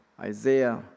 Isaiah